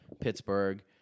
Pittsburgh